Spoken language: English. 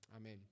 Amen